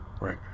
Right